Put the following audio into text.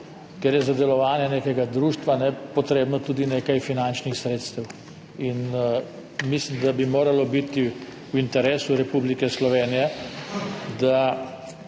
ker je za delovanje nekega društva potrebno tudi nekaj finančnih sredstev. Mislim, da bi moralo biti v interesu Republike Slovenije, da